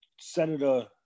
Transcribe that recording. Senator